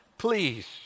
Please